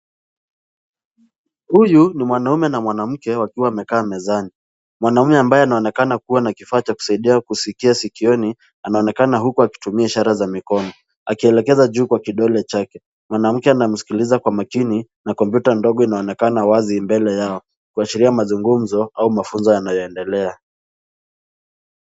Huyu ni mwanaume na mwanamke wakiwa wamekaa mezani. Mwanaume ambaye anaonekana kua na kifaa cha kusaidia kusikia sikioni, anaonekana huku akitumia ishara za mikono, akielekeza juu kwa kidole chake. Mwanamke anamsikiliza kwa makini, na kompyuta ndogo inaonekana wazi mbele yao, kuashiria mazungumzo au mafunzo yanayoendelea.